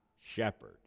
shepherd